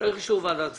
צריך אישור ועדת כספים.